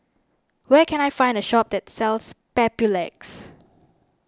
where can I find a shop that sells Papulex